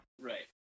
right